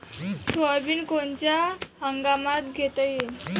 Soybean कोनच्या हंगामात घेता येईन?